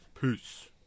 Peace